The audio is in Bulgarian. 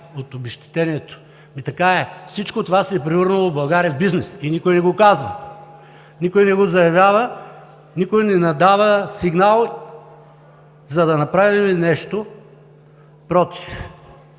от обезщетението. Така е! Всичко това се е превърнало в бизнес в България и никой не го казва, никой не го заявява, никой не дава сигнал, за да направи нещо против.